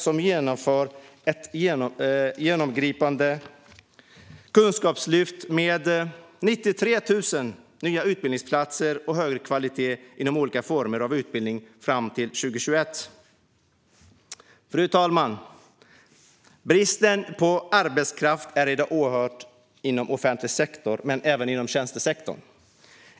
Man genomför även ett genomgripande kunskapslyft med 93 000 nya utbildningsplatser och högre kvalitet inom olika former av utbildning fram till 2021. Fru talman! Bristen på arbetskraft är i dag oerhört stor inom offentlig sektor, men även inom tjänstesektorn.